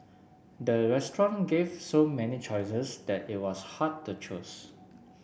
the restaurant gave so many choices that it was hard to choose